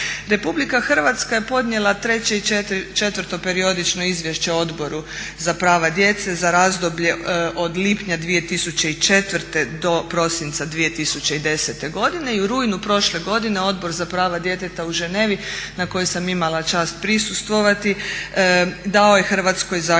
drugih. RH je podnijela treće i četvrto periodično izvješće Odboru za prava djece za razdoblje od lipnja 2004.do prosinca 2010.i u rujnu prošle godine Odbor za prava djeteta u Ženevi na kojoj sam imala čast prisustvovati dao je Hrvatskoj zaključne